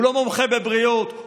הוא לא מומחה בבריאות,